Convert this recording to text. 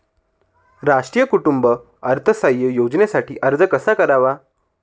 राष्ट्रीय कुटुंब अर्थसहाय्य योजनेसाठी अर्ज कसा करावा?